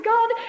God